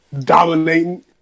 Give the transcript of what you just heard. dominating